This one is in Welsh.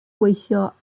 gweithio